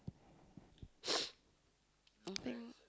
I think